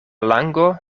lango